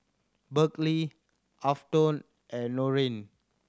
Berkley Afton and Norine